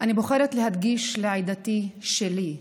אני בוחרת להקדיש לעדתי שלי,